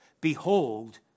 Behold